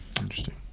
Interesting